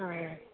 ആ അതേ